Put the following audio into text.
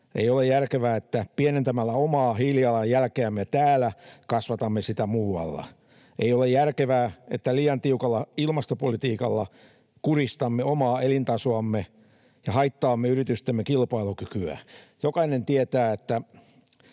Ei ole järkevää, että pienentämällä omaa hiilijalanjälkeämme täällä kasvatamme sitä muualla. Ei ole järkevää, että liian tiukalla ilmastopolitiikalla kurjistamme omaa elintasoamme ja haittaamme yritystemme kilpailukykyä. Jokainen tietää, että